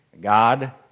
God